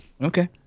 Okay